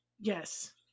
yes